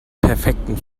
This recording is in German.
perfekten